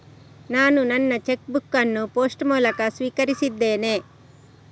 ನಾನು ನನ್ನ cheque book ಅನ್ನು ಪೋಸ್ಟ್ ಮೂಲಕ ಸ್ವೀಕರಿಸಿದ್ದೇನೆ